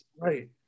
Right